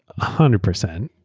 hundred percent.